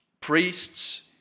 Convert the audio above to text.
priests